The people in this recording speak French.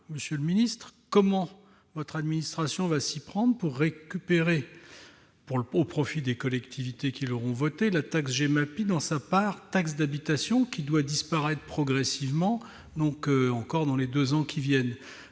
Monsieur le secrétaire d'État, comment votre administration va-t-elle s'y prendre pour récupérer, au profit des collectivités qui l'auront votée, la taxe GEMAPI dans sa part taxe d'habitation qui doit disparaître progressivement dans les deux ans qui viennent ?